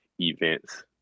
events